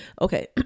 Okay